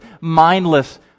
mindless